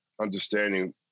understanding